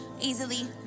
easily